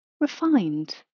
refined